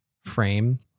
frame